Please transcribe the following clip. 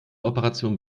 operationen